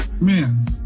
man